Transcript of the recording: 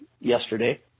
yesterday